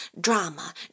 drama